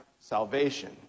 salvation